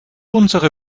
unsere